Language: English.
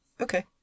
Okay